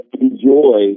enjoy